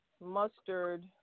mustard